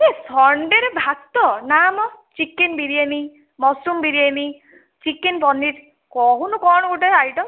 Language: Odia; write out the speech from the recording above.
ହେ ସନଡେ ରେ ଭାତ ନାଁ ମ chicken biryani mushroom biryani chicken paneer କହୁନୁ କଣ ଗୋଟେ ଆଇଟମ